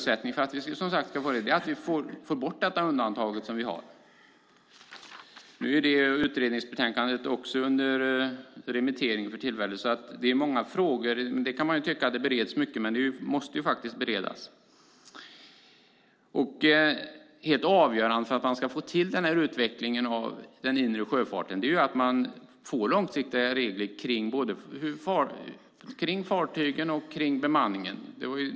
Men det var faktiskt först 2009 som man tog tag i denna fråga. Detta utredningsbetänkande är också ute på remiss för tillfället. Man kan tycka att det är mycket som bereds, men detta måste faktiskt beredas. Helt avgörande för att man ska få till denna utveckling av den inre sjöfarten är att man får långsiktiga regler kring fartygen och kring bemanningen.